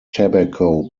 tobacco